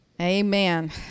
Amen